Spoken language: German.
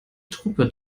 truppe